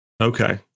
Okay